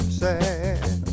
sad